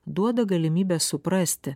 duoda galimybę suprasti